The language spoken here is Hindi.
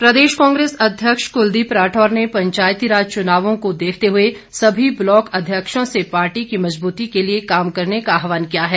कुलदीप राठौर प्रदेश कांग्रेस अध्यक्ष कुलदीप राठौर ने पंचायतीराज चुनावों को देखते हुए सभी ब्लॉक अध्यक्षों से पार्टी की मजबूती के लिए काम करने का आहवान किया है